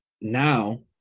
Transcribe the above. now